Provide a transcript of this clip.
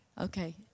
Okay